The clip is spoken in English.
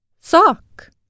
Sock